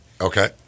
Okay